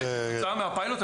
הרשות לא מוכנים?